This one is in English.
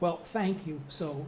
well thank you so